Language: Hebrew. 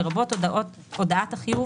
לרבות הודעת החיוב